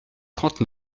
trente